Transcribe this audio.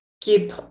keep